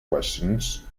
questions